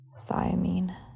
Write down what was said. Thiamine